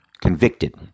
convicted